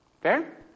Fair